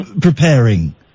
preparing